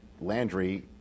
Landry